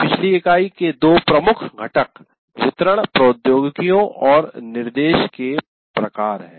पिछली इकाई के दो प्रमुख घटक वितरण प्रौद्योगिकियां और निर्देशो के प्रकार हैं